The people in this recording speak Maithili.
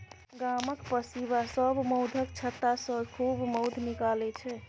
गामक पसीबा सब मौधक छत्तासँ खूब मौध निकालै छै